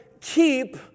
keep